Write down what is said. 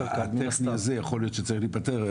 הטכני הזה יכול להיות שצריך להיפטר,